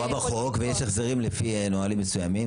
זה קבוע בחוק ויש החזרים לפי נהלים מסוימים,